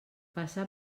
passar